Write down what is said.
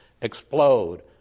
explode